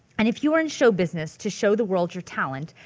and if you are in show business to show the world your talent,